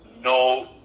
no